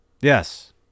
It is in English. Yes